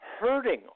hurting